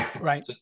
Right